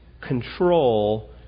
control